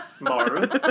Mars